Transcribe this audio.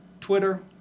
Twitter